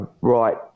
right